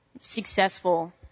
successful